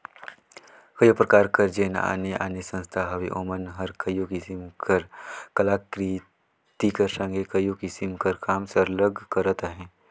कइयो परकार कर जेन आने आने संस्था हवें ओमन हर कइयो किसिम कर कलाकृति कर संघे कइयो किसिम कर काम सरलग करत अहें